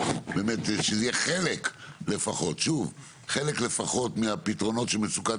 שזה יהיה חלק לפחות מהפתרונות של מצוקת